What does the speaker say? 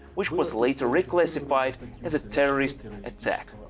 which was later reclassified as a terrorist attack.